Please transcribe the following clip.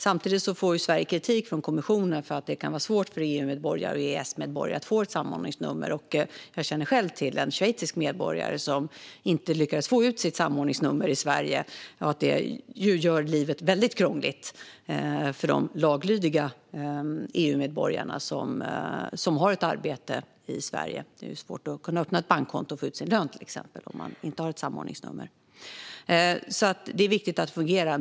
Samtidigt får Sverige kritik från kommissionen för att det kan vara svårt för EU-medborgare och EES-medborgare att få ett samordningsnummer. Jag känner själv till en schweizisk medborgare som inte lyckades få ut sitt samordningsnummer i Sverige. Det gör livet väldigt krångligt för de laglydiga EU-medborgare som har ett arbete i Sverige. Det är svårt att kunna öppna ett bankkonto och få ut sin lön till exempel om man inte har ett samordningsnummer. Det är viktigt att det fungerar.